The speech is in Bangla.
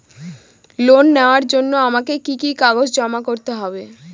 লোন নেওয়ার জন্য আমাকে কি কি কাগজ জমা করতে হবে?